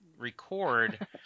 record